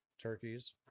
turkeys